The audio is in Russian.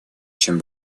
чем